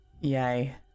Yay